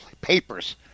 papers